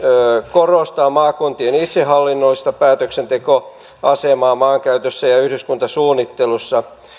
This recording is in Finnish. korostaa maakuntien itsehallinnollista päätöksentekoasemaa maankäytössä ja yhdyskuntasuunnittelussa